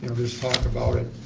there was talk about it,